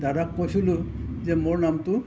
দাদাক কৈছিলোঁ যে মোৰ নামটো